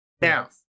Now